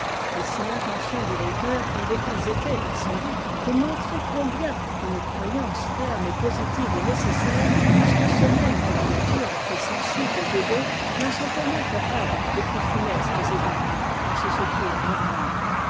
et si l'intention de l'auteur n'avait pas été sans doute de montrer combien une croyance ferme et positive est nécessaire puisque ceux même que la nature a faits sensibles et bons n'en sont pas moins capables des plus funestes égarements quand ce secours leur manque